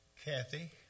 Kathy